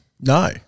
No